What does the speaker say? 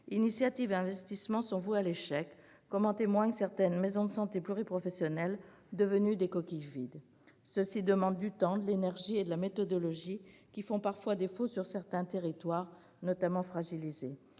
initiatives et investissements sont voués à l'échec, comme en témoignent certaines maisons de santé pluriprofessionnelles devenues des coquilles vides. Cela demande du temps, de l'énergie et de la méthodologie qui font parfois défaut sur certains territoires, notamment fragilisés.